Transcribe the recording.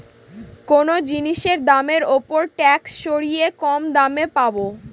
কোনো জিনিসের দামের ওপর ট্যাক্স সরিয়ে কম দামে পাবো